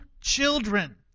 children